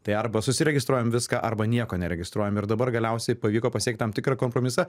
tai arba susiregistruojam viską arba nieko neregistruojam ir dabar galiausiai pavyko pasiekt tam tikrą kompromisą